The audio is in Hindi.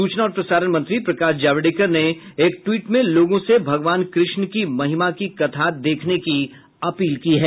सूचना और प्रसारण मंत्री प्रकाश जावड़ेकर ने एक ट्वीट में लोगों से भगवान कृष्ण की महिमा की कथा देखने की अपील की है